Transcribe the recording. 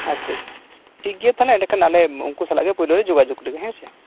ᱟᱪᱪᱷᱟ ᱟᱪᱪᱷᱟ ᱴᱷᱤᱠ ᱜᱮᱭᱟ ᱛᱟᱦᱚᱞᱮ ᱮᱰᱮᱠᱷᱚᱱ ᱟᱞᱮ ᱩᱱᱠᱩ ᱥᱟᱞᱟᱜ ᱜᱮ ᱯᱳᱭᱞᱳ ᱞᱮ ᱡᱳᱜᱟᱡᱳᱜ ᱞᱮᱜᱮ ᱦᱮᱸᱥᱮ